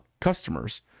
customers